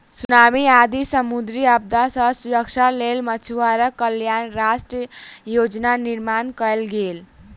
tsunami आदि समुद्री आपदा सॅ सुरक्षाक लेल मछुआरा कल्याण राष्ट्रीय योजनाक निर्माण कयल गेल